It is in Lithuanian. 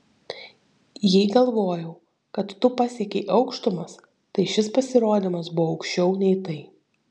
jei galvojau kad tu pasiekei aukštumas tai šis pasirodymas buvo aukščiau nei tai